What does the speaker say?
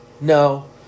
No